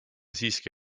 siiski